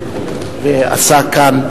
עשה כאן,